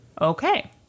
okay